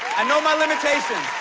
i know my limitations!